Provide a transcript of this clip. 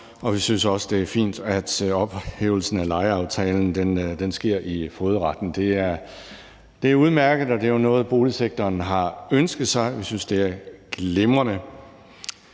og vi synes også, det er fint, at ophævelsen af lejeaftalen sker i fogedretten. Det er udmærket, og det er jo noget, boligsektoren har ønsket. Vi synes, det er glimrende.